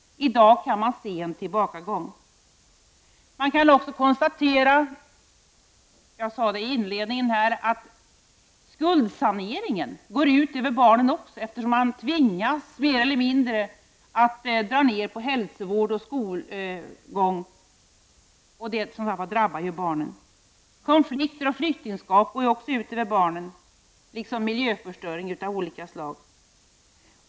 I dag kan man se en tillbakagång. Man kan också konstatera — detta sade jag inledningsvis — att skuldsaneringen också gått ut över barnen. Man tvingas ju mer eller mindre att dra ned på sådant som hälsovård och skolgång. Sådant drabbar barnen. Även konflikter och flyktingskap går ut över barnen. Detsamma gäller miljöförstöring av olika slag.